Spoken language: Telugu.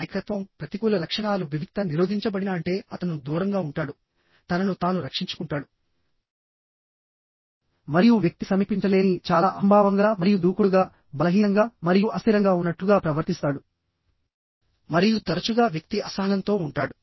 నాయకత్వం ప్రతికూల లక్షణాలు వివిక్త నిరోధించబడిన అంటే అతను దూరంగా ఉంటాడు తనను తాను రక్షించుకుంటాడు మరియు వ్యక్తి సమీపించలేని చాలా అహంభావంగల మరియు దూకుడుగా బలహీనంగా మరియు అస్థిరంగా ఉన్నట్లుగా ప్రవర్తిస్తాడు మరియు తరచుగా వ్యక్తి అసహనంతో ఉంటాడు